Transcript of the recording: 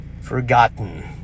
forgotten